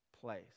place